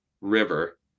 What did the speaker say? river